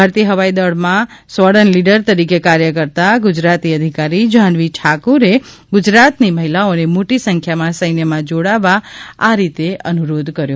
ભારતીય હવાઈ દળમાં સ્વોડ્ન લીડર તરીકે કાર્ય કરતા ગુજરાતી અધિકારી જહાનવી ઠાકુરે ગુજરાતની મહિલાઓને મોટી સંખ્યામાં સૈન્યમાં જોડવા આ રીતે અનુરોધ કર્યો